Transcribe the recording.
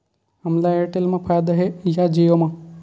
हमला एयरटेल मा फ़ायदा हे या जिओ मा?